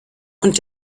und